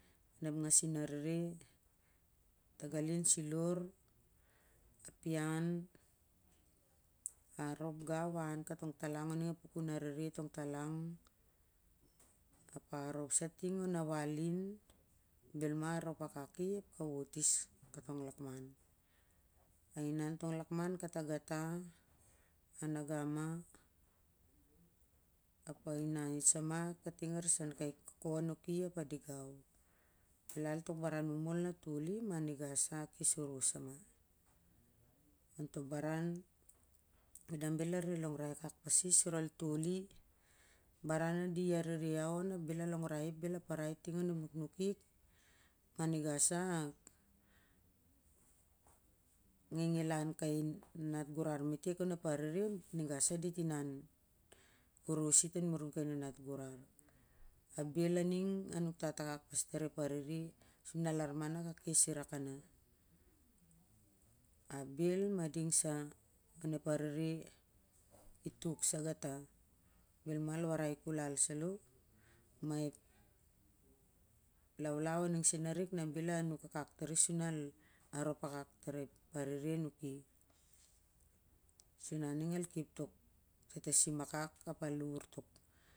Onep nasin arere tagali an silar ap ian a inan katongtalong ap a rop sah ting on a walin bel ma a arop akak i ap ka wotis katong lakman, a inan is tong aulakonan kataga ta ap a inan sa ma kating arisan kai koko nuki a digau, belal tok baran momol a toli ma niga sa a kas oros sen. On to baran na bel a longrai akak i sur al toli, baran na di arere iau on ap brl a longrai akak sur al parai ting onep nukmuk maninga sah al ngingi lan kai nanat gurar metek onep arere ap di a niga sa di mumun ati kai nanat guir, ap bel aning a nuktat akak pas tar ep arere su na lar ma na ka kes irakana, ap bel ading sa onep arere i tuk sa gata bel ma al warai kol al salo, ma ep laulau a ning sen a nk na bel a nuk akak tari sur al arop akak tar ep arere a nuki su na ning al kep tok tatasim akak ap al ur.